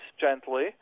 gently